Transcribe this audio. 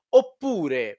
oppure